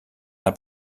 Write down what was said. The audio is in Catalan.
del